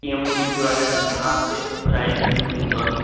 ییٚمہِ موٗجوٗب پٮ۪و اَسہِ کَرُن اَتھ تہِ پرٛایِز اِنکریٖز دۄدَس